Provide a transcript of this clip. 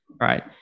right